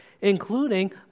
including